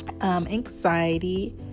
anxiety